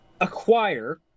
acquire